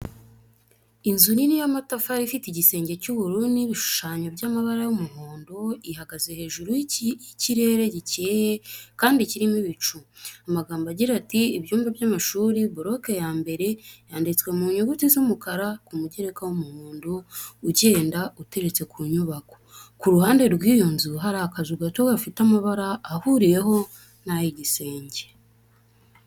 Inzu nini y'amatafari ifite igisenge cy'ubururu n'ibishushanyo by'amabara y'umuhondo, ihagaze hejuru y'ikirere gikeye kandi kirimo ibicu. Amagambo agira at:"Ibyumba by'amashuri boroke ya mbere." Yanditswe mu nyuguti z'umukara ku mugereka w'umuhondo ugenda uteretse ku nyubako. Ku ruhande rw'iyo nzu hari akazu gato gafite amabara ahuriyeho n'ay'igisenge.